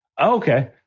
Okay